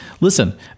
listen